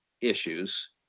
issues